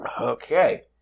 Okay